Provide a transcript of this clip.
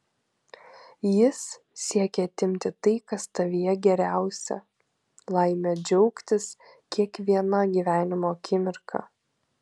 jis siekia atimti tai kas tavyje geriausia laimę džiaugtis kiekviena gyvenimo akimirka